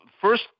first